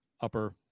upper